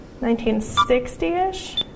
1960-ish